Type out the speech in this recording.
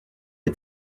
est